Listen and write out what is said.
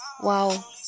Wow